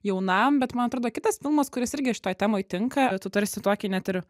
jaunam bet man atrodo kitas filmas kuris irgi šitoj temoj tinka tu tarsi tokį net ir